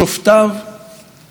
ותוקפים את המשטרה והשוטרים.